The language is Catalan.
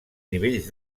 nivells